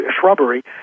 shrubbery